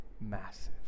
massive